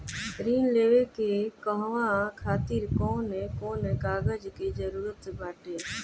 ऋण लेने के कहवा खातिर कौन कोन कागज के जररूत बाटे?